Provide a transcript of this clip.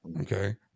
Okay